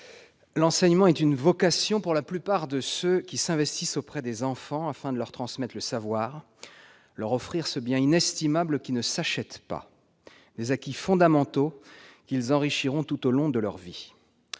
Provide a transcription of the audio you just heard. l'enseignement est une vocation pour la plupart de ceux qui s'investissent auprès des enfants afin de leur transmettre le savoir, leur offrir ce bien inestimable qui ne s'achète pas et constitue autant d'acquis fondamentaux qu'ils enrichiront tout au long de leur vie.